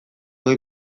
goi